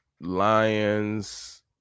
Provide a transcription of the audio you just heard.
Lions